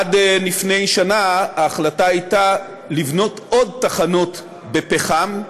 עד לפני שנה ההחלטה הייתה לבנות עוד תחנות בפחם,